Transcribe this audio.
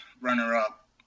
runner-up